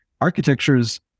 architectures